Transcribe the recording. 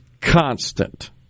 constant